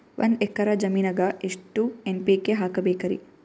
ಒಂದ್ ಎಕ್ಕರ ಜಮೀನಗ ಎಷ್ಟು ಎನ್.ಪಿ.ಕೆ ಹಾಕಬೇಕರಿ?